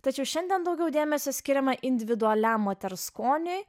tačiau šiandien daugiau dėmesio skiriama individualiam moters skoniui